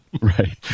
Right